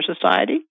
Society